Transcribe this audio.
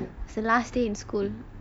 it's the last day in school